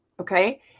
okay